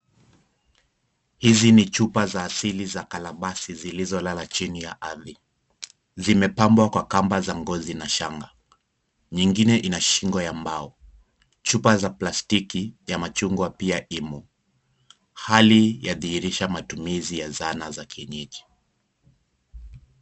Hizi ni chupa za asili za kalabasi zilizolala chini ya ardhini zimepabwa kwa kamba za ngozi na shanga nyingine ina shingo ya mbao, chupa za plastiki ya machungwa pia imo. Hali yadhihirisha matumizi ya zana za kienyeji.